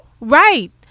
Right